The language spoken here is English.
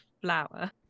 flower